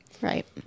Right